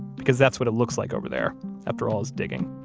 because that's what it looks like over there after all his digging